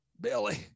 Billy